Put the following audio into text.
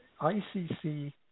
ICC